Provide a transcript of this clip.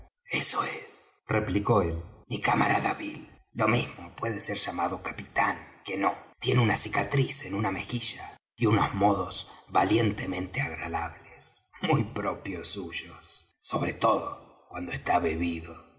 capitán eso es replicó él mi camarada bill lo mismo puede ser llamado capitán que nó tiene una cicatriz en una mejilla y unos modos valientemente agradables muy propios suyos sobre todo cuando está bebido